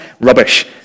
Rubbish